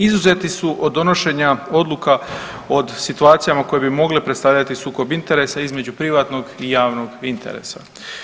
Izuzeti su od donošenja odluka o situacijama koje bi mogle predstavljati sukob interesa između privatnog i javnog interesa.